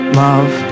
love